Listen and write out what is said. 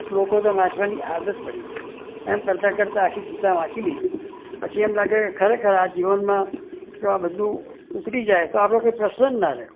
શ્લોકો તો વાંચવાની આદત પડી ગઈ એમ કરતા કરતા આખી ગીતા વાંચી લીધી પછી એમ લાગે કે ખરેખર આ જો આ જીવનમાં ઉતરી જાય તો તો કોઈ પ્રશ્ન જ ના રહે